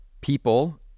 people